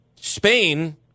Spain